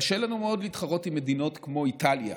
קשה לנו מאוד להתחרות עם מדינות כמו איטליה,